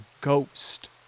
ghost